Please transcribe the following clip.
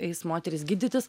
eis moterys gydytis